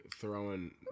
throwing